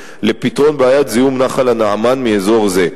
לפתרון בעיית הזיהום של נחל נעמן מאזור זה.